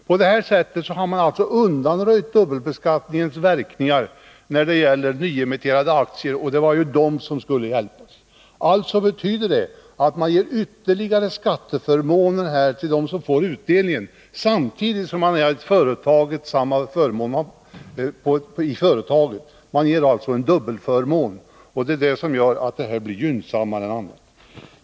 På det sättet har alltså dubbelbeskattningens verkningar undanröjts när det gäller nyemitterade aktier — och det var ju de som skulle hjälpas. Det förslag som föreligger betyder alltså att man ger ytterligare skattelättnader till dem som får utdelning samtidigt som företaget har samma förmån. Man ger alltså en dubbelförmån, och det är det som gör att denna sparform blir gynnsammare än andra.